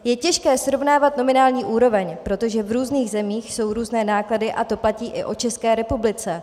Je těžké srovnávat nominální úroveň, protože v různých zemích jsou různé náklady, a to platí i o České republice.